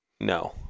No